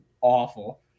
awful